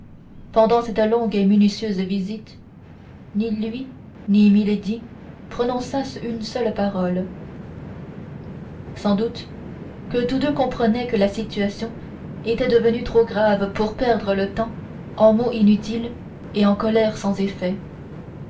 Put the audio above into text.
pendant cette longue et minutieuse visite ni lui ni milady prononçassent une seule parole sans doute que tous deux comprenaient que la situation était devenue trop grave pour perdre le temps en mots inutiles et en colère sans effet